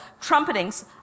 trumpetings